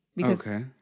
Okay